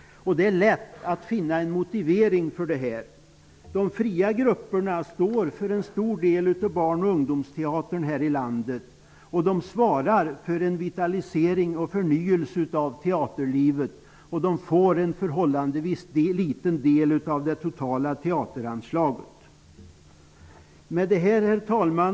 Det är lätt att finna en motivering för detta. De fria grupperna står för en stor del av barn och ungdomsteatern här i landet, och de svarar för en vitalisering och förnyelse av teaterlivet. De får en förhållandevis liten del av det totala teateranslaget. Herr talman!